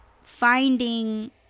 finding